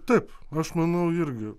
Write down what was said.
taip aš manau irgi